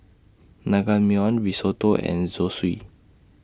Naengmyeon Risotto and Zosui